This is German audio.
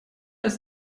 ist